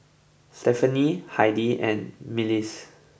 Stefani Heidy and Milas